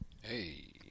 Hey